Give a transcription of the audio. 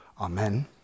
amen